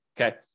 Okay